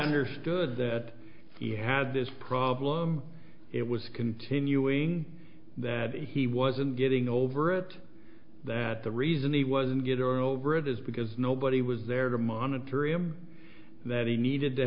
understood that he had this problem it was continuing that he wasn't getting over it that the reason he wasn't get over it is because nobody was there to monitor him that he needed to